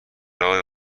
آقای